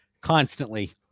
constantly